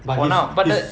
for now but the